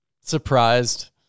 surprised